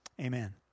Amen